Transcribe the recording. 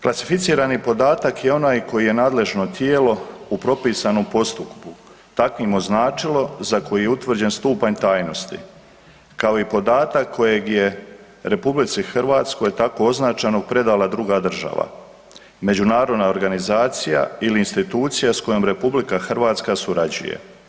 Klasificirani podatak je onaj koji je nadležno tijelo u propisanom postupku takvim označilo za koji je utvrđen stupanj tajnosti kao i podatak kojeg je RH tako označenog predala druga država, međunarodna organizacija ili institucije s kojom RH surađuje.